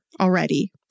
already